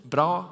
Bra